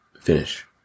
Finish